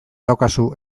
daukazu